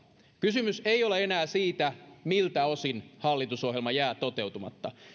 kysymys ei ole enää siitä miltä osin hallitusohjelma jää toteutumatta